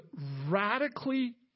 radically